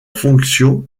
fonction